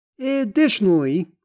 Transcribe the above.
Additionally